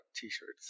t-shirts